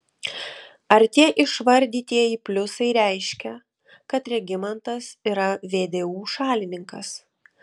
ar tie išvardytieji pliusai reiškia kad regimantas yra vdu šalininkas